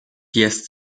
jest